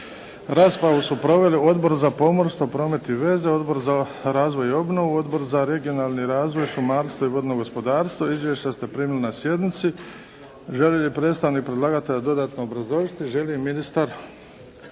Raspravu su proveli Odbor za pomorstvo, promet i veze, Odbor za razvoj i obnovu, Odbor za regionalni razvoj, šumarstvo i vodno gospodarstvo. Izvješća ste primili na sjednici. Želi li predstavnik predlagatelja dodatno obrazložiti? Želi. Ministar